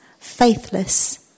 faithless